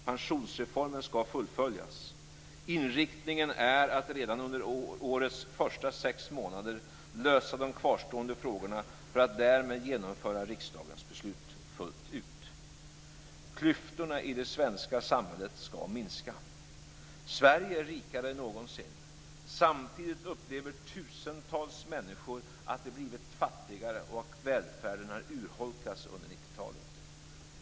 Pensionsreformen skall fullföljas. Inriktningen är att redan under årets första sex månader lösa de kvarstående frågorna för att därmed genomföra riksdagens beslut fullt ut. Klyftorna i det svenska samhället skall minska. Sverige är rikare än någonsin. Samtidigt upplever tusentals människor att de blivit fattigare och att välfärden har urholkats under 90-talet.